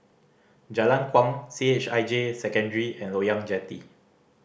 Jalan Kuang C H I J Secondary and Loyang Jetty